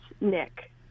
Nick